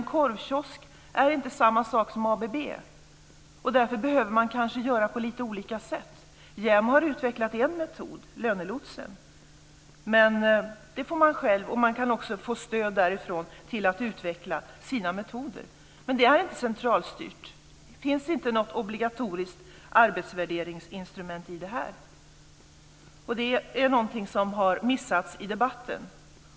En korvkiosk är inte samma sak som ABB. Därför behöver man kanske göra på lite olika sätt. JämO har utvecklat en metod - Lönelotsen. Man kan också få stöd därifrån för att utveckla sina metoder. Men det är inte centralstyrt. Det finns inte något obligatoriskt arbetsvärderingsinstrument i detta. Det är någonting som har missats i debatten.